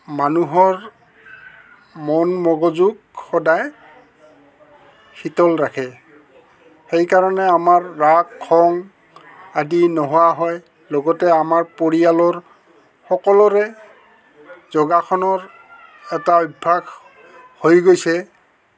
মানুহৰ মন মগজুক সদায় শীতল ৰাখে সেইকাৰণে আমাৰ ৰাগ খং আদি নোহোৱা হয় লগতে আমাৰ পৰিয়ালৰ সকলোৰে যোগাসনৰ এটা অভ্যাস হৈ গৈছে